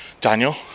Daniel